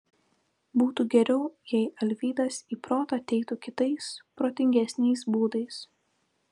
būtų geriau jei alvydas į protą ateitų kitais protingesniais būdais